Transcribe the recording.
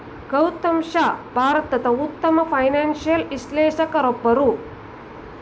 ಗೌತಮ್ ಶಾ ಭಾರತದ ಉತ್ತಮ ಫೈನಾನ್ಸಿಯಲ್ ವಿಶ್ಲೇಷಕರಲ್ಲೊಬ್ಬರು